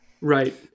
right